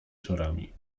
czorami